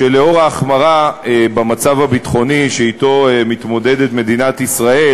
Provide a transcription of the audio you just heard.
שלאור ההחמרה במצב הביטחוני שאתו מתמודדת מדינת ישראל,